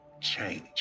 change